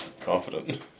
Confident